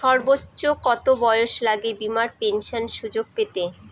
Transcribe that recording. সর্বোচ্চ কত বয়স লাগে বীমার পেনশন সুযোগ পেতে?